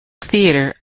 theatre